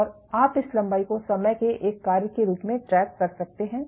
और आप इस लंबाई को समय के एक कार्य के रूप में ट्रैक कर सकते हैं